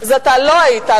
אז לא היית,